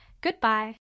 goodbye